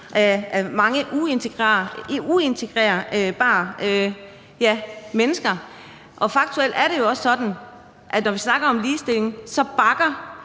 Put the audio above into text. af mange uintegrerbare mennesker. Og faktuelt er det også sådan, at når vi snakker om ligestilling, bakker